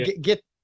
get